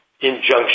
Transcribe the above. injunction